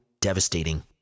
devastating